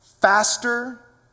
faster